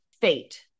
fate